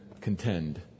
contend